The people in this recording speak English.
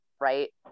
right